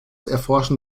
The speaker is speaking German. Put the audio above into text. erforschen